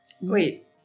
Wait